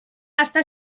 està